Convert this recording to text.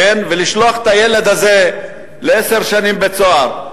ולשלוח את הילד הזה לעשר שנים בבית-סוהר.